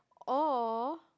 or